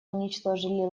уничтожили